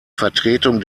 vertretung